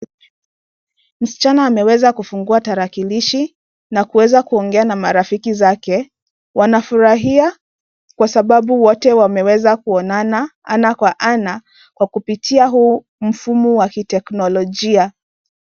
Msichana ameweza kufungua tarakilishi na kuweza kuongea na marafiki zake. Wanafurahia kwa sababu wote wameweza kuonana ana kwa ana kwa kupitia huu mfumo wa kiteknolojia.